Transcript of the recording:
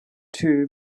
too